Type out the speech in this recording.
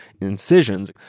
incisions